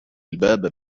الباب